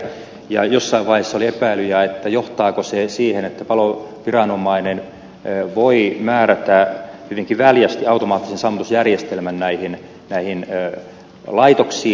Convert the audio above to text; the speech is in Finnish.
jossain vaiheessa oli epäilyjä johtaako se siihen että paloviranomainen voi määrätä hyvinkin väljästi automaattisen sammutusjärjestelmän näihin laitoksiin